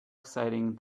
exciting